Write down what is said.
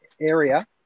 area